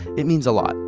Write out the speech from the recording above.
it means a lot!